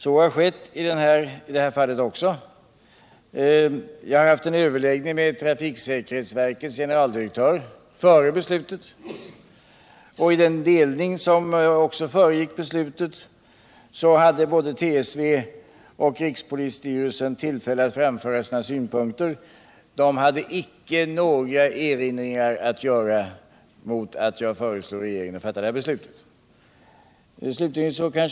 Så har skett också i detta fall. Jag har haft en överläggning med trafiksäkerhetsverkets generaldirektör före beslutet. I de förberedelser som föregick beslutet hade både TSV och rikspolisstyrelsen tillfälle att anföra sina synpunkter. De hade icke några erinringar att göra mot att jag föreslog att regeringen skulle fatta det beslut som sedan träffades.